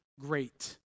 great